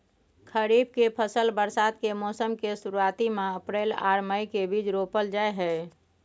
खरीफ के फसल बरसात के मौसम के शुरुआती में अप्रैल आर मई के बीच रोपल जाय हय